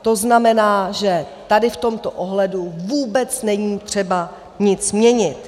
To znamená, že tady v tomto ohledu vůbec není třeba nic měnit.